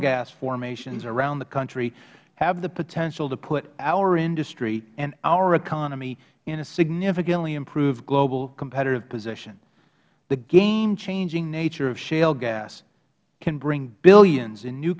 gas formations around the country have the potential to put our industry and our economy in a significantly improved global competitive position the gamechanging nature of shale gas can bring billions in new